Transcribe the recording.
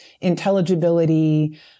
intelligibility